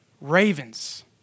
Ravens